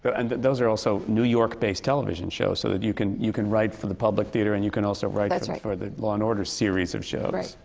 but and those are also new york-based television shows. so that you can you can write for the public theatre, and you can also write for that's right. for the law and order series of shows. right.